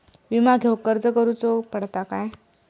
विमा घेउक अर्ज करुचो पडता काय?